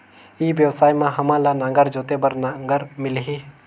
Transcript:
ई व्यवसाय मां हामन ला नागर जोते बार नागर मिलही?